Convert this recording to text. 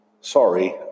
sorry